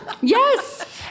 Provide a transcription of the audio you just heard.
Yes